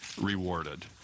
rewarded